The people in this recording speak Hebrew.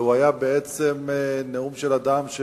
והוא היה בעצם נאום של אדם,